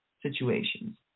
situations